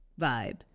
vibe